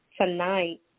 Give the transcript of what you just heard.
tonight